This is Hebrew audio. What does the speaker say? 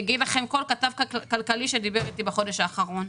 יגיד לכם את זה כל כתב כלכלי שדיבר אתי בחודש האחרון.